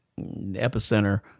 epicenter